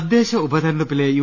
തദ്ദേശ ഉപതെരഞ്ഞെടുപ്പിലെ യു